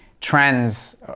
trends